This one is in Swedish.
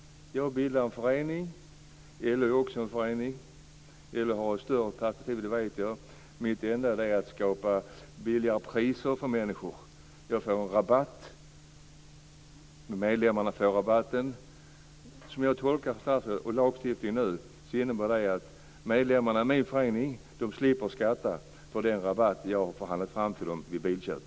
Jag bildar en förening. LO är också en förening. LO har ett större perspektiv, det vet jag. Mitt enda mål är att skapa lägre priser för människor. Jag får rabatt. Medlemmarna får rabatten. Som jag tolkar statsrådet och lagstiftningen innebär det att medlemmarna i min förening slipper skatta för den rabatt jag har förhandlat fram till dem vid bilköp.